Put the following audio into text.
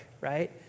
right